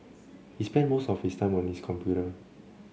he spent most of his time on his computer